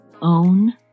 Own